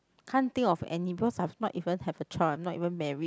can't think of any because I've not even have a child I'm not even married